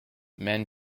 men